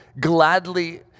gladly